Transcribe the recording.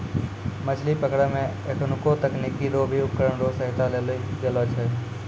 मछली पकड़ै मे एखुनको तकनीकी रो भी उपकरण रो सहायता लेलो गेलो छै